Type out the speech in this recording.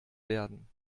werden